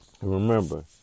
Remember